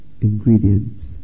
ingredients